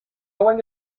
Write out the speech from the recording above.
going